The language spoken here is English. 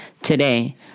today